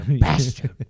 bastard